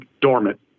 dormant